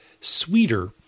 sweeter